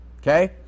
Okay